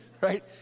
right